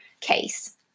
case